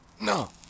No